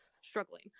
struggling